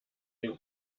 den